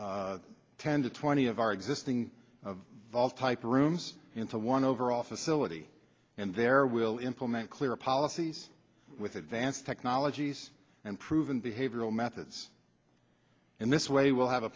tens of twenty of our existing of vaal type rooms into one overall facility and there will implement clear policies with advanced technologies and proven behavioral methods and this way we'll have a